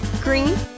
Green